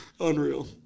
Unreal